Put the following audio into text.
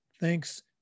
Thanks